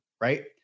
right